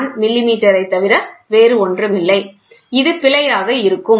001 மில்லிமீட்டரைத் தவிர வேறொன்றுமில்லை இது பிழையாக இருக்கும்